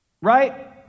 right